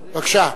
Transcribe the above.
בבקשה.